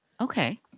Okay